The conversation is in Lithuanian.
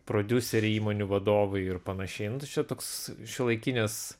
prodiuseriai įmonių vadovai ir panašiai nu tai šitoks šiuolaikinės